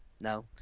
no